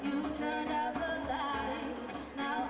you know